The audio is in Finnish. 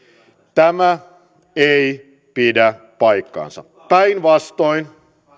tämä ei pidä paikkaansa päinvastoin